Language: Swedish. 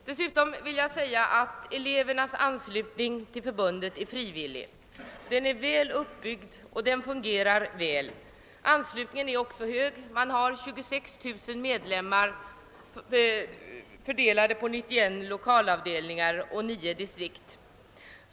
Därtill kommer att elevernas anslutning till förbundet är frivillig, att detta: är väl uppbyggt och fungerar bra. Anslutningen är också hög. Förbundet har 26 000 medlemmar, fördelade på 91 1okalavdelningar och 9 distrikt.